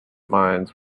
mines